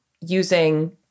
using